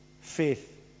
faith